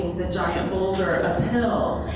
the giant boulder uphill,